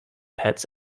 pets